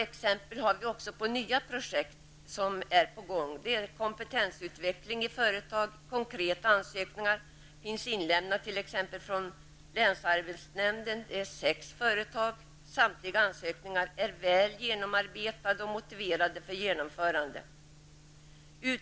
Exempel på nya aktuella projekt är: -- Kompetensutveckling i företag -- konkreta ansökningar finns inlämnade till länsarbetsnämnden från sex företag. Samtliga ansökningar är väl genomarbetade och motiverade för genomförande.